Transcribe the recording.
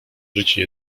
życie